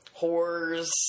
whores